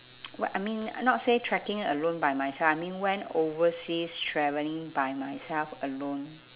what I mean not say trekking alone by myself I mean went overseas travelling by myself alone